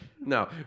No